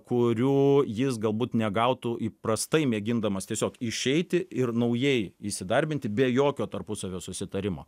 kurių jis galbūt negautų įprastai mėgindamas tiesiog išeiti ir naujai įsidarbinti be jokio tarpusavio susitarimo